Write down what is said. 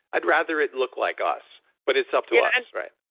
i'd rather it look like us, but it's up to us, right?